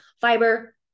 fiber